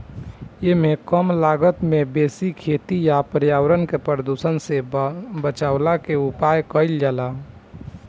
एमे कम लागत में बेसी खेती आ पर्यावरण के प्रदुषण से बचवला के उपाय कइल जाला